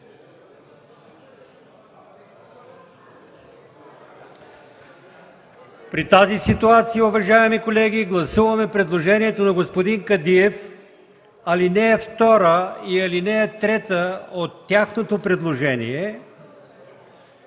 При тази ситуация, уважаеми колеги, гласуваме предложението на господин Кадиев – ал. 2 и ал. 3 от тяхното предложение